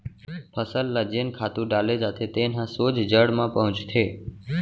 फसल ल जेन खातू डाले जाथे तेन ह सोझ जड़ म पहुंचथे